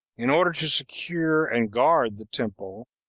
in order to secure and guard the temple,